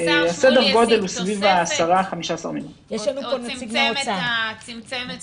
והשר שמולי השיג תוספת, או צמצם את